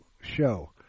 show